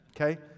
okay